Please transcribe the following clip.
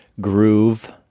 groove